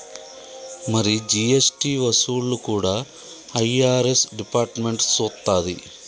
మరి జీ.ఎస్.టి వసూళ్లు కూడా ఐ.ఆర్.ఎస్ డిపార్ట్మెంట్ సూత్తది